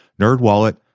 NerdWallet